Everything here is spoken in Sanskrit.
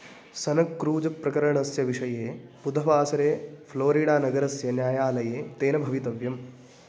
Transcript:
सनक्रूज प्रकरणस्य विषये बुधवासरे फ़्लोरिडानगरस्य न्यायालये तेन भवितव्यम्